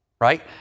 right